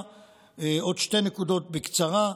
עוד שתי נקודות בקצרה: